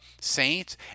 Saints